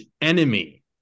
enemy